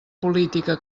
política